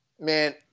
Man –